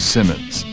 Simmons